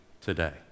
today